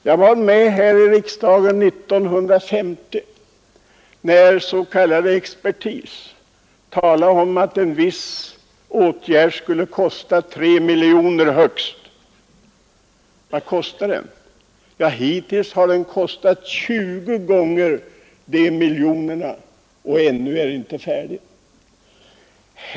Jag var med här i riksdagen 1950, när s.k. expertis talade om att en ny åtgärd skulle kosta högst 3 miljoner kronor. Vad kostade der? Hittills har den kostat 20 gånger de miljonerna, och ännu är den inte färdig.